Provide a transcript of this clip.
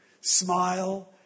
smile